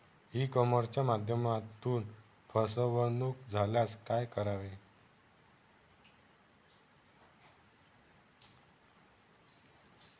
E कॉमर्सच्या माध्यमातून फसवणूक झाल्यास काय करावे?